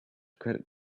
credit